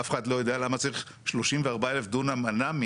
אף אחד לא יודע למה צריך 34,000 דונם אנ"מים